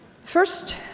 First